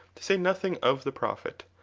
to say nothing of the profit.